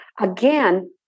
Again